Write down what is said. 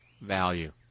Value